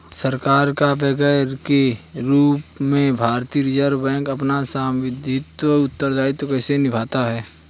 सरकार का बैंकर के रूप में भारतीय रिज़र्व बैंक अपना सांविधिक उत्तरदायित्व कैसे निभाता है?